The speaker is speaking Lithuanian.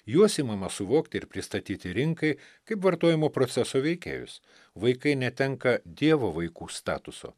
juos imama suvokti ir pristatyti rinkai kaip vartojimo proceso veikėjus vaikai netenka dievo vaikų statuso